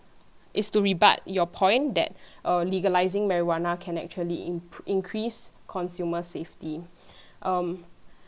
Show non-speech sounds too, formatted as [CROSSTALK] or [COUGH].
is to rebut your point that [BREATH] uh legalizing marijuana can actually in~ increase consumer's safety [BREATH] um